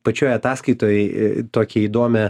pačioj ataskaitoj tokią įdomią